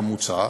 כמוצע,